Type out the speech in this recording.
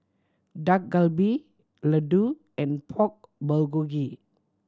Dak Galbi Ladoo and Pork Bulgogi